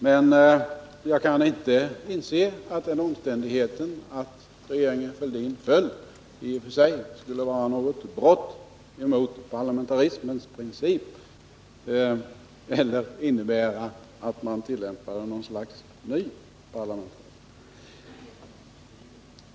Jag kan emellertid inte inse att den omständigheten att regeringen Fälldin föll i och för sig skulle vara något brott mot parlamentarismens princip eller innebära att man tillämpar något slags ny parlamentarism.